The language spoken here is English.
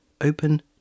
open